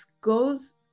goes